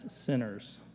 sinners